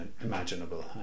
imaginable